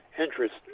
interest